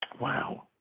Wow